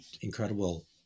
incredible